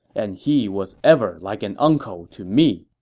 and he was ever like an uncle to me.